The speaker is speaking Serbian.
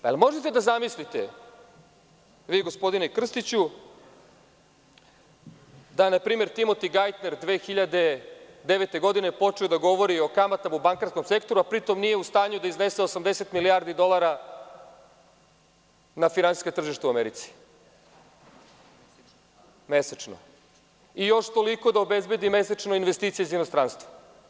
Da li možete da zamislite, gospodine Krstiću, da je na primer Timoti Gajtner 2009. godine počeo da govori o kamatama u bankarskom sektoru, a pri tom nije u stanju da iznese 80 milijardi dolara na finansijska tržišta u Americi mesečno i još toliko da obezbedi mesečno investicija iz inostranstva?